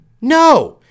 No